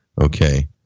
okay